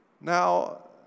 Now